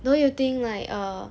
don't you think like err